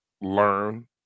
learn